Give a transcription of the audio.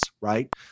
right